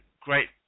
great